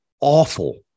awful